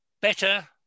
better